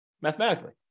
mathematically